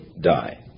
die